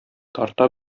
тарта